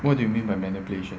what do you mean by manipulation